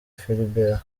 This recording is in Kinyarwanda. philbert